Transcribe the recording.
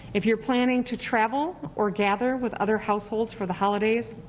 if you're planning to travel or gather with other households for the holidays,